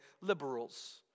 liberals